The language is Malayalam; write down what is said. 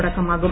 തുടക്കമാകും